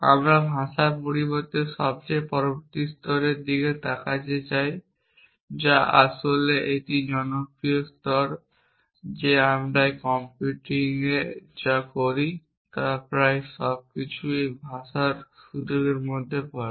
আমরা ভাষার পরবর্তী সবচেয়ে পরবর্তী স্তরের দিকে তাকাতে চাই যা আসলে এমন একটি জনপ্রিয় স্তর যে আমরা কম্পিউটিংয়ে যা করি তা প্রায় সবকিছুই এই ভাষার সুযোগের মধ্যে পড়ে